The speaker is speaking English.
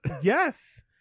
Yes